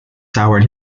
soured